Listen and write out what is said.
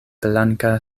blanka